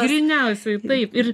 gryniausiai taip ir